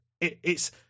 It's-